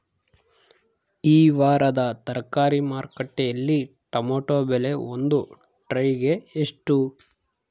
ಈ ವಾರದ ತರಕಾರಿ ಮಾರುಕಟ್ಟೆಯಲ್ಲಿ ಟೊಮೆಟೊ ಬೆಲೆ ಒಂದು ಟ್ರೈ ಗೆ ಎಷ್ಟು?